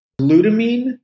Glutamine